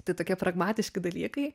tai tokie pragmatiški dalykai